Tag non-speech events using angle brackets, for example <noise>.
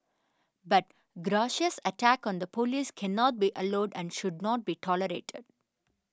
but <unintelligible> attack on the police cannot be allowed and should not be tolerated